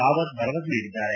ರಾವತ್ ಭರವಸೆ ನೀಡಿದ್ದಾರೆ